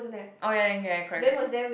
oh ya ya in correct correct